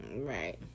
right